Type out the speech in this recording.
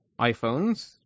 iPhones